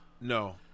No